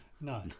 No